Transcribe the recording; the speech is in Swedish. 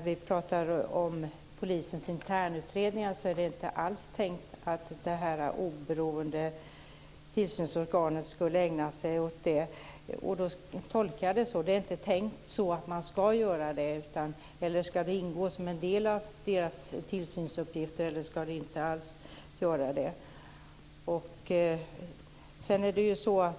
vi talar om polisens internutredningar säger Anders G Högmark att det inte alls är tänkt att det oberoende tillsynsorganet ska ägna sig åt det. Jag tolkar det som att det inte är tänkt att man ska ägna sig åt det. Ska det ingå som en del av dess tillsynsuppgifter, eller ska det inte alls göra det?